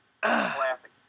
Classic